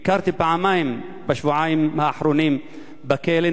ביקרתי פעמיים בשבועיים האחרונים בכלא,